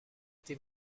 été